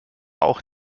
auch